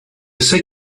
sais